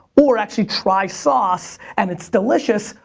or actually try sauce and it's delicious,